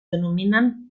denominen